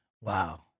Wow